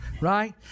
right